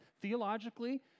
Theologically